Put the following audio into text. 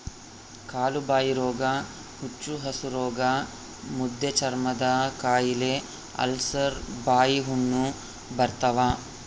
ಕಾಲುಬಾಯಿರೋಗ ಹುಚ್ಚುಹಸುರೋಗ ಮುದ್ದೆಚರ್ಮದಕಾಯಿಲೆ ಅಲ್ಸರ್ ಬಾಯಿಹುಣ್ಣು ಬರ್ತಾವ